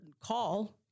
call